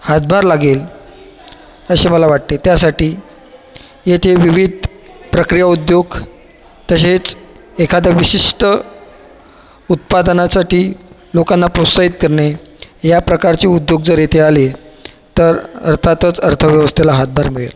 हातभार लागेल असे मला वाटते त्यासाठी येथे विविध प्रक्रिया उद्योग तसेच एखादं विशिष्ट उत्पादनासाठी लोकांना प्रोत्साहित करणे याप्रकारचे उद्योग जर येथे आले तर अर्थातच अर्थव्यवस्थेला हातभार मिळेल